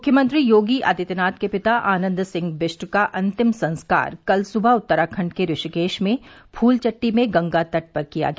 मुख्यमंत्री योगी आदित्यनाथ के पिता आनंद सिंह बिष्ट का अंतिम संस्कार कल सुबह उत्तराखंड के ऋषिकेश में फूलचट्टी में गंगातट पर किया गया